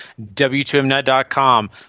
W2Mnet.com